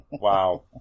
Wow